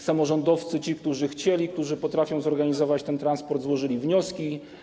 Samorządowcy, ci, którzy chcieli, którzy potrafią zorganizować ten transport, złożyli wnioski.